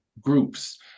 groups